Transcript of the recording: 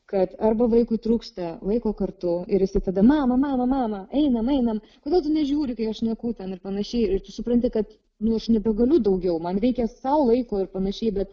kad arba vaikui trūksta laiko kartu ir jisai tada mama mama mama einam einam kodėl tu nežiūri kai aš šneke ten ir panašiai ir tu supranti kad nu aš nebegaliu daugiau man reikia sau laiko ir panašiai bet